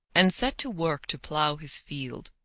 and set to work to plough his field.